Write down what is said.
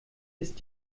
ist